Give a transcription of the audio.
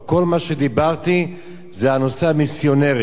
כל מה שדיברתי זה הנושא המיסיונרי,